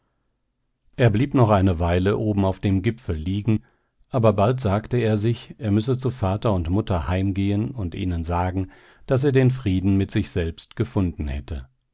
er blieb noch eine weile oben auf dem gipfel liegen aber bald sagte er sich er müsse zu vater und mutter heimgehen und ihnen sagen daß er den frieden mit sich selbst gefunden hätte